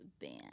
band